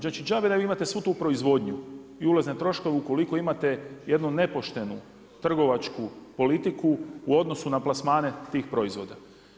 Znači džabe da vi imate svu tu proizvodnju i ulazne troškove ukoliko imate jednu nepoštenu trgovačku politiku u odnosu na plasmane tih proizvoda.